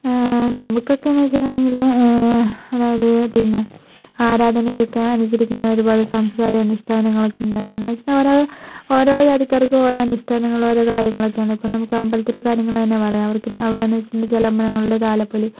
നമുക്കൊക്കെ എന്ന് വെച്ചിട്ടുണ്ടെങ്കിൽ അതായത് പിന്നെ ആരാധനയ്ക്കൊക്കെ അനുചരിക്കുന്ന ഒരുപാട് സംസ്കാരവും അനുഷ്ഠാനങ്ങളും ഒക്കെ ഉണ്ട് അതായതെന്നുവെച്ചാൽ ഓരോ ഓരോ ജാതിക്കാർക്കും ഓരോ അനുഷ്ഠാനങ്ങളും ഓരോ കാര്യങ്ങളൊക്കെയുണ്ട് ഇപ്പോൾ നമുക്ക് അമ്പലത്തിലെ കാര്യങ്ങള് തന്നെ പറയാം അവർക്ക് അവിടെയെന്നു വെച്ചിട്ടുണ്ടെങ്കിൽ ചില അമ്പലങ്ങളിൽ താലപ്പൊലി